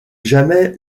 jamais